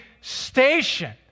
station